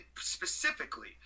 specifically